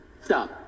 Stop